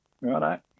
Right